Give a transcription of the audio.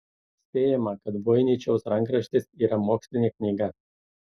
spėjama kad voiničiaus rankraštis yra mokslinė knyga